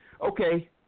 Okay